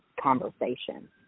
conversation